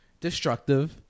destructive